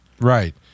Right